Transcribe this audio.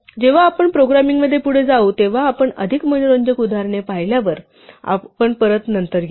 जेव्हा आपण प्रोग्रामिंगमध्ये पुढे जाऊ तेव्हा आपण अधिक मनोरंजक उदाहरणे पाहिल्यावर आपण नंतर परत येऊ